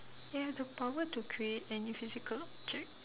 you have the power to create any physical object